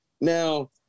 Now